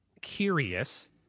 curious